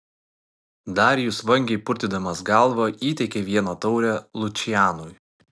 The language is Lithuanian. darijus vangiai purtydamas galvą įteikė vieną taurę lučianui